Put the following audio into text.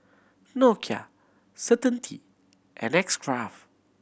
Nokia Certainty and X Craft